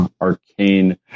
arcane